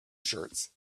shirts